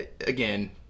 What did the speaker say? Again